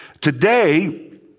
Today